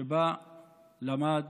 ובה למד